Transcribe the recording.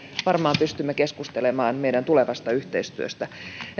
varmaan pystymme keskustelemaan meidän tulevasta yhteistyöstämme